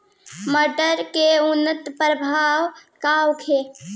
मटर के उन्नत प्रभेद का होखे?